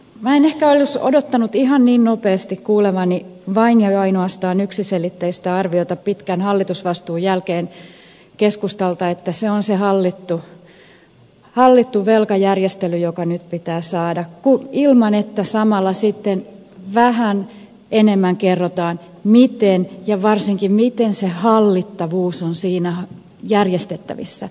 minä en ehkä olisi odottanut ihan niin nopeasti kuulevani vain ja ainoastaan yksiselitteistä arviota pitkän hallitusvastuun jälkeen keskustalta että se on se hallittu velkajärjestely joka nyt pitää saada ilman että samalla sitten vähän enemmän kerrotaan varsinkin miten se hallittavuus on siinä järjestettävissä